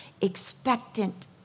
expectant